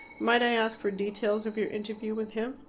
might i ask for details of your interview with him?